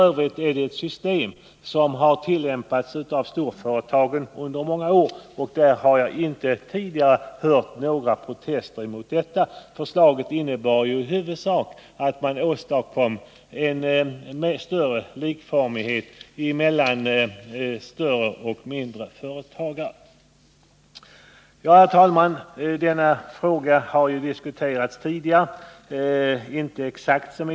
ö. är detta ett system som har tillämpats av storföretagen under många år, och jag har inte hört att man tidigare har framfört några protester mot detta. Beslutet innebar i huvudsak att man åstadkommer en större likformighet och rättvisa mellan större och mindre företag i fråga om de här reglerna. Herr talman!